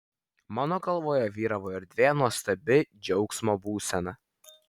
mano galvoje vyravo erdvė nuostabi džiaugsmo būsena